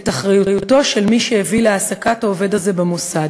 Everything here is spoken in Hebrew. את אחריותו של מי שהביא להעסקת העובד הזה במוסד,